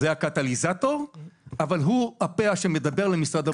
זה הקטליזטור, אבל הוא הפה שמדבר למשרד הבריאות.